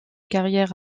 carrière